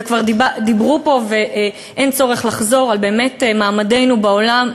וכבר דיברו פה ואין צורך לחזור באמת על מעמדנו בעולם,